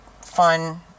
fun